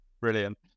Brilliant